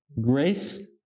grace